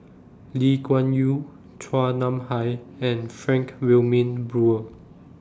Lee Kuan Yew Chua Nam Hai and Frank Wilmin Brewer